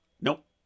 Nope